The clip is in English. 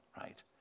right